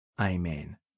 Amen